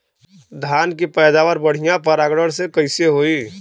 धान की पैदावार बढ़िया परागण से कईसे होई?